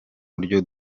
buryo